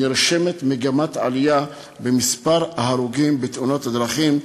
נרשמת מגמת עלייה במספר ההרוגים בתאונות הדרכים,